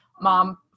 Mom